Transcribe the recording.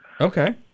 Okay